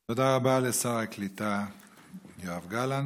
תודה רבה לשר הקליטה יואב גלנט.